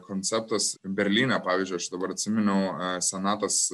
konceptas berlyne pavyzdžiui aš dabar atsiminiau a senata